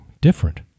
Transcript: different